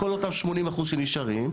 כל אותם 80 אחוזים שנשארים,